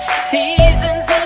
seasons